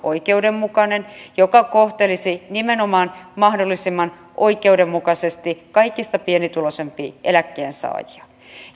oikeudenmukainen ja joka kohtelisi nimenomaan mahdollisimman oikeudenmukaisesti kaikista pienituloisimpia eläkkeensaajia